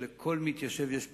שלכל מתיישב יש פתרון.